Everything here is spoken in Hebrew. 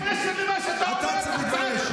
אתה צריך להתבייש.